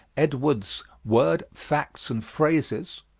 edwards' words, facts, and phrases,